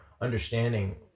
understanding